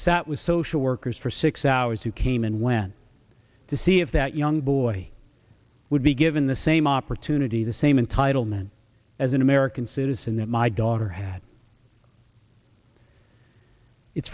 sat with social workers for six hours who came and went to see if that young boy would be given the same opportunity the same entitlement as an american citizen that my daughter had it's